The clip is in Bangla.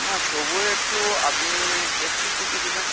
না তবু একটু আপনি একটু শিখিয়ে দেবেন